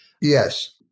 Yes